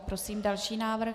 Prosím další návrh.